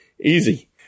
Easy